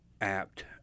apt